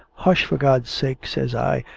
hush, for god's sake! says i,